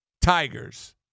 Tigers